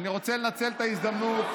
אני רוצה לנצל את ההזדמנות,